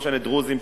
לא משנה דרוזים,